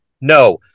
No